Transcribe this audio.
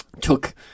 took